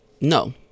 no